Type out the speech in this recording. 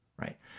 right